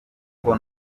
kuko